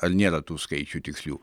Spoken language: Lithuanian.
ar nėra tų skaičių tikslių